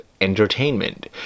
entertainment